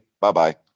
Bye-bye